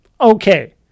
okay